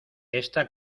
esta